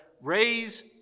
raise